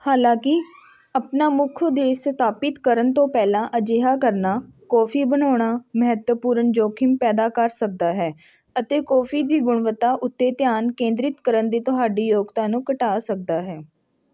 ਹਾਲਾਂਕੀ ਆਪਣਾ ਮੁੱਖ ਉਦੇਸ਼ ਸਥਾਪਿਤ ਕਰਨ ਤੋਂ ਪਹਿਲਾਂ ਅਜਿਹਾ ਕਰਨਾ ਕੌਫੀ ਬਣਾਉਣਾ ਮਹੱਤਵਪੂਰਨ ਜੋਖਿਮ ਪੈਦਾ ਕਰ ਸਕਦਾ ਹੈ ਅਤੇ ਕੌਫੀ ਦੀ ਗੁਣਵੱਤਾ ਉੱਤੇ ਧਿਆਨ ਕੇਂਦ੍ਰਿਤ ਕਰਨ ਦੀ ਤੁਹਾਡੀ ਯੋਗਤਾ ਨੂੰ ਘਟਾ ਸਕਦਾ ਹੈ